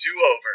Do-Over